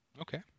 okay